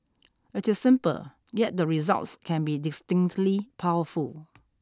it is simple yet the results can be distinctly powerful